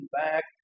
back